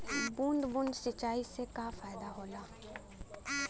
बूंद बूंद सिंचाई से का फायदा होला?